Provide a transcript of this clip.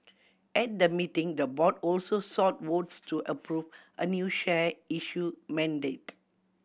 at the meeting the board also sought votes to approve a new share issue mandate